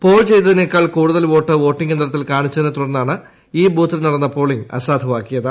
Paul ചെയ്തതിനേക്കാൾ കൂടുതൽ vote voting യന്ത്രത്തിൽ കാണിച്ചതിനെ തുടർന്നാണ് ഈ ബൂത്തിൽ നടന്ന പോളിംഗ് അസാധുവാക്കിയത്